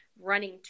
running